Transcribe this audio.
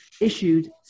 issued